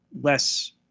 less